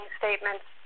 statements